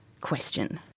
question